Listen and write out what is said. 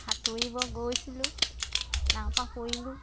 সাঁতুৰিব গৈছিলোঁ নাও পা পৰিলোঁ